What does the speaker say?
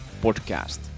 Podcast